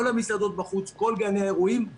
כל המסעדות בחוץ, כל גני האירועים.